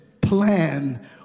plan